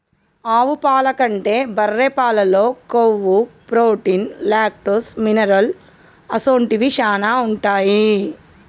ఆవు పాల కంటే బర్రె పాలల్లో కొవ్వు, ప్రోటీన్, లాక్టోస్, మినరల్ అసొంటివి శానా ఉంటాయి